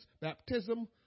baptism